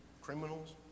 criminals